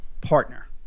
partner